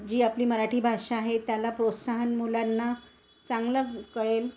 जी आपली मराठी भाषा आहे त्याला प्रोत्साहन मुलांना चांगलं कळेल